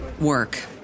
work